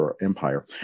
Empire